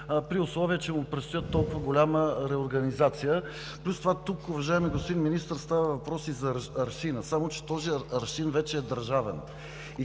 при условие че му предстои толкова голяма реорганизация? Плюс това тук, уважаеми господин Министър, става въпрос и за аршина, само че този аршин вече е държавен